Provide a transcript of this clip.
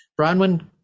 Bronwyn